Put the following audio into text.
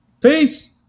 Peace